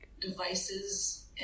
devices